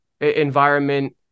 environment